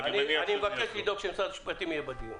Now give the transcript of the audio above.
ואני מניח -- אני מבקש לדאוג שמשרד המשפטים יהיה בדיון